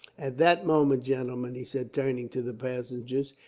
at that moment, gentlemen, he said, turning to the passengers,